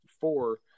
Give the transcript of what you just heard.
four